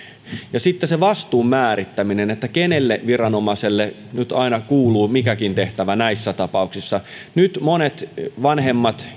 samoin sen vastuun määrittäminen kenelle viranomaiselle mikäkin tehtävä kuuluu näissä tapauksissa nyt monet vanhemmat